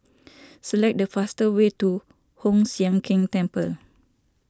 select the fastest way to Hoon Sian Keng Temple